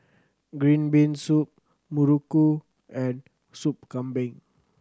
green bean soup muruku and Soup Kambing